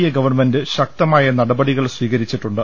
A government ശക്തമായ നടപടികൾ സ്വീക രിച്ചിട്ടുണ്ട്